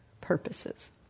purposes